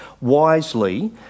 wisely